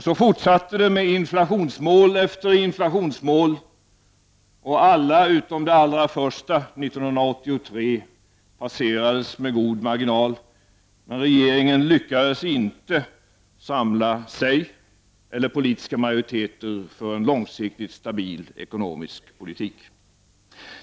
Så fortsatte det med inflationsmål efter inflationsmål, och alla utom det allra första 1983 passerades med god marginal. Men regeringen lyckades inte samla sig eller politiska majoriteter för en långsiktigt stabil ekonomisk politik.